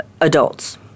adults